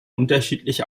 unterschiedlich